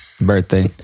birthday